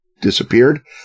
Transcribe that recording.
disappeared